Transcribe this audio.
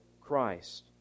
Christ